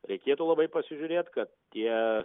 reikėtų labai pasižiūrėt kad tie